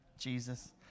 Jesus